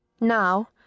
Now